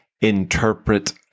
interpret